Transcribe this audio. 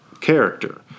character